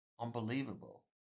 unbelievable